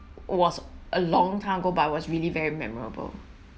was a long time ago but was really very memorable